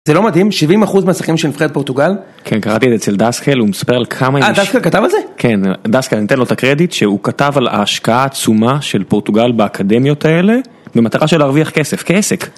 זה לא מדהים, 70% מהשחקים שנבחרת פורטוגל? כן, קראתי את זה אצל דסקל, הוא מספר על כמה יש... אה, דסקל כתב על זה? כן, דסקל ניתן לו את הקרדיט שהוא כתב על ההשקעה העצומה של פורטוגל באקדמיות האלה, במטרה של להרוויח כסף, כעסק.